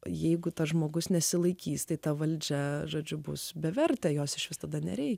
jeigu tas žmogus nesilaikys tai ta valdžia žodžiu bus bevertė jos išvis tada nereikia